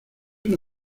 una